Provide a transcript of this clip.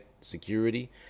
Security